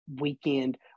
weekend